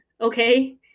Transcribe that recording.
okay